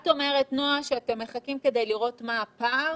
נועה, את אומרת שאתם מחכים כדי לראות מה הפער?